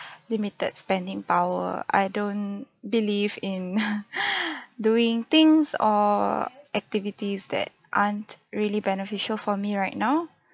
limited spending power I don't believe in doing things or activities that aren't really beneficial for me right now